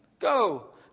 go